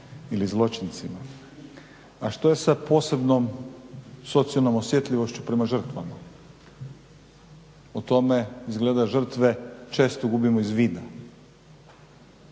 ili zločincima. A što je sa posebnom socijalnom osjetljivošću prema žrtvama? U tome izgleda žrtve često gubimo iz vida.